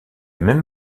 même